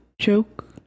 joke